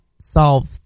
solve